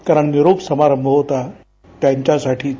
कारण निरोप समारंभ होता त्यांच्यासाठीच